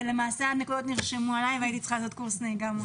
כך שלמעשה הנקודות נרשמו עלי והייתי צריכה לעשות קורס נהיגה מונעת.